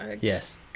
Yes